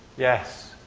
yes.